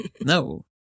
No